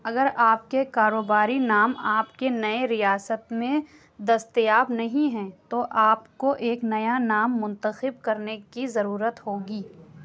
اگر آپ کے کاروباری نام آپ کے نئے ریاست میں دستیاب نہیں ہیں تو آپ کو ایک نیا نام منتخب کرنے کی ضرورت ہوگی